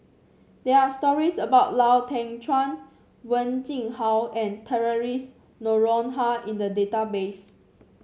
there are stories about Lau Teng Chuan Wen Jinhua and Theresa Noronha in the database